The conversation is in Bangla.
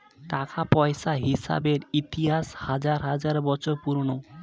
টাকা পয়সার হিসেবের ইতিহাস হাজার হাজার বছর পুরোনো